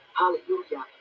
hallelujah